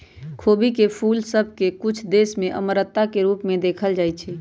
खोबी के फूल सभ के कुछ देश में अमरता के रूप में देखल जाइ छइ